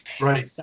right